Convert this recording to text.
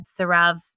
Sarav